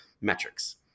metrics